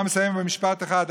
אני כבר מסיים במשפט אחד.